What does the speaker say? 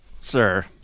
sir